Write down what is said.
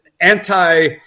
anti-